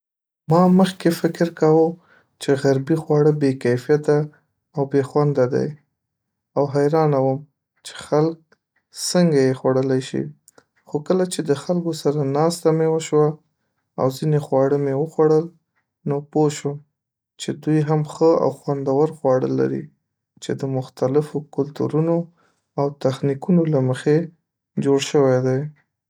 ما مخکې فکر کاوه چې غربي خواړه بې‌کیفیته او بې‌خونده دي او حیرانه وم چې خلک څنګه یې خوړلای شي، خو کله چې د خلکو سره ناسته مي وشوه او ځینې خواړه مي وخوړل نو پوه شوم چې دوی هم ښه او خوندور خواړه لري چې د مختلفو کلتورونو او تخنیکونو له مخې جوړ شوي دي.